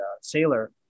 sailor